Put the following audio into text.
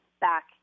back